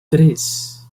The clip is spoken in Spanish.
tres